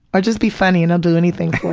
or just be funny and they'll do anything